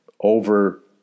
over